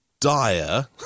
dire